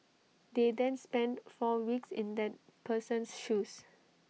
they then spend four weeks in that person's shoes